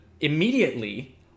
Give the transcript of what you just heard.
immediately